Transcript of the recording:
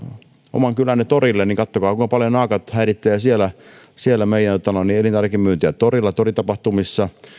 oman kylänne torille ja katsoa kuinka paljon naakat häiritsevät siellä siellä meidän elintarvikemyyntiä torilla toritapahtumissa